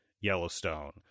Yellowstone